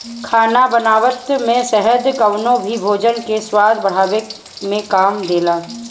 खाना बनावत में शहद कवनो भी भोजन के स्वाद बढ़ावे में काम देला